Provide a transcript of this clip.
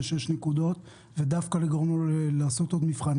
נקודות ודווקא לגרום לו לעשות עוד מבחן,